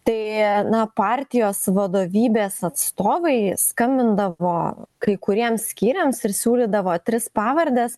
tai na partijos vadovybės atstovai skambindavo kai kuriems skyriams ir siūlydavo tris pavardes